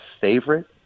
favorite